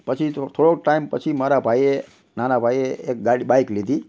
પછી તો થોડોક ટાઈમ પછી મારા ભાઈએ નાના ભાઈએ એક બાઇક લીધી